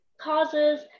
causes